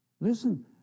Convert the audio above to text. Listen